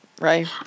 Right